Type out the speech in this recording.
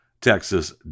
Texas